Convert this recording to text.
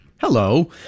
Hello